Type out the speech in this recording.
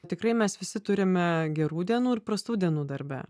tikrai mes visi turime gerų dienų ir prastų dienų darbe